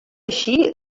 així